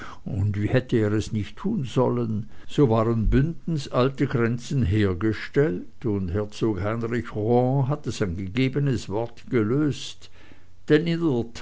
und wie hätte er es nicht tun sollen so waren bündens alte grenzen hergestellt und heinrich rohan hatte sein gegebenes wort gelöst denn